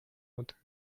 not